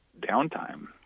downtime